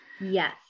Yes